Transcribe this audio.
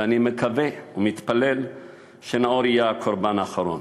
ואני מקווה ומתפלל שנאור יהיה הקורבן האחרון.